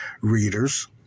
readers